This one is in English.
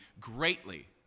greatly